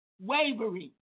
wavering